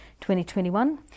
2021